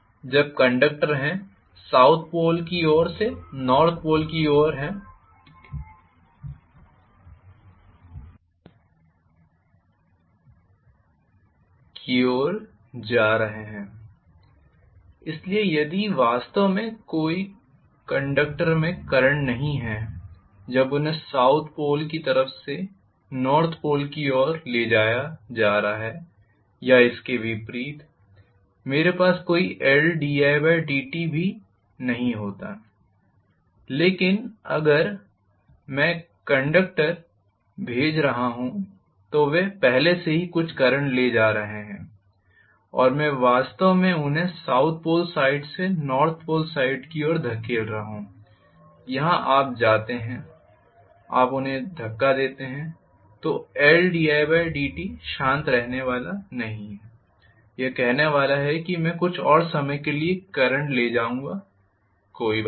जब conductor south pole side से north pole side की ओर जा रहे हैं इसलिए यदि वास्तव में कंडक्टर में कोई करंट नहीं है जब उन्हें साउथ पोल की तरफ से नॉर्थ पोल की ओर ले जाया जा रहा है या इसके विपरीत मेरे पास कोई Ldidt भी नहीं होता लेकिन अगर मैं कंडक्टर भेज रहा हूं तो वे पहले से ही कुछ करंट ले जा रहे हैं और मैं वास्तव में उन्हें साउथ पोल साइड से नॉर्थ पोल साइड की ओर धकेल रहा हूं यहाँ आप जाते हैं आप उन्हें धक्का देते हैं तो Ldidtशांत रहने वाला नहीं है यह कहने वाला है कि मैं कुछ और समय के लिए करंट ले जाऊंगा कोई बात नहीं